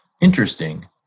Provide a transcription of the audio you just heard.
Interesting